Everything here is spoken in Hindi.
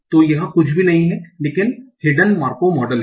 तो यह कुछ भी नहीं है लेकिन हिडन मार्कोव मॉडल है